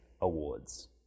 Awards